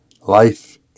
Life